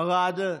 ארד,